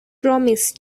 promise